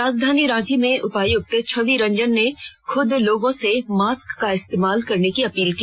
राजधानी रांची में उपायुक्त छवि रंजन ने खुद लोगों से मास्क का इस्तेमाल करने की अपील की